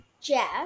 Jeff